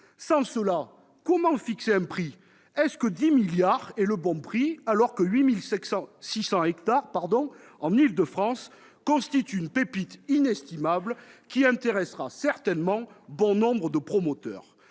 Sans cela, comment fixer un prix ? Le bon prix est-il 10 milliards d'euros, quand 8 600 hectares en Île-de-France constituent une pépite inestimable, qui intéressera certainement bon nombre de promoteurs ?